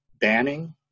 banning